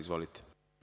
Izvolite.